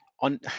on